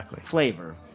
flavor